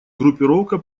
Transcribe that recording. группировка